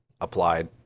applied